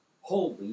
Holy